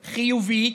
חיובית,